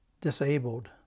disabled